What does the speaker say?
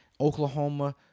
Oklahoma